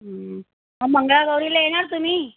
मग मंगळागौरीला येणार तुम्ही